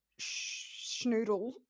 schnoodle